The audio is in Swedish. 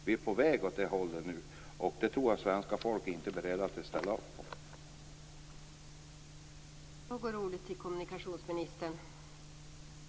Vi är på väg åt det hållet nu. Det tror jag inte att svenska folket är berett att ställa sig bakom.